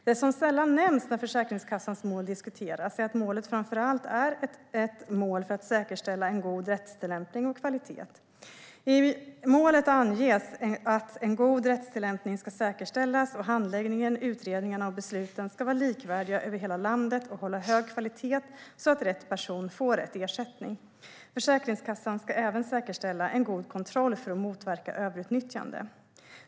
Det som sällan nämns när Försäkringskassans mål diskuteras är att målet framför allt är ett mål för att säkerställa en god rättstillämpning och kvalitet. I målet anges att "en god rättstillämpning ska säkerställas och handläggningen, utredningarna och besluten ska vara likvärdiga över hela landet och hålla hög kvalitet så att rätt person får rätt ersättning. Försäkringskassan ska även säkerställa en god kontroll för att motverka överutnyttjande."